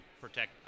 protect